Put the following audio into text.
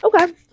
Okay